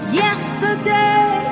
yesterday